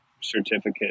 certificate